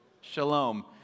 Shalom